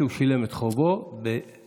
כי הוא שילם את חובו בראש מורם.